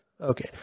okay